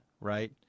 right